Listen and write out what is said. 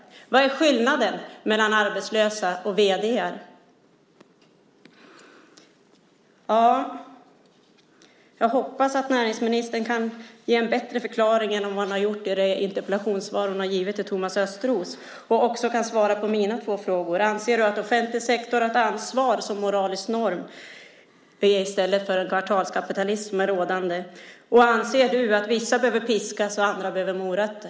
Vad är skillnaden mellan arbetslösa och vd:ar? Jag hoppas att näringsministern kan ge en bättre förklaring än hon har gjort i det interpellationssvar hon har gett till Thomas Östros och också kan svara på mina två frågor. Anser du att offentlig sektor har ett ansvar som moralisk norm i stället för den kvartalskapitalism som är rådande? Anser du att vissa behöver piskas och andra behöver morötter?